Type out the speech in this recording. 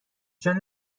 چون